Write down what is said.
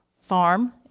farm